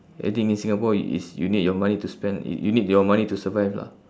everything in singapore i~ is you need your money to spend y~ you need your money to survive lah